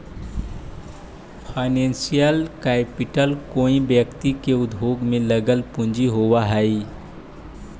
financial capital कोई व्यक्ति के उद्योग में लगल पूंजी होवऽ हई